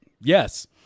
Yes